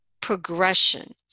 progression